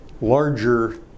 larger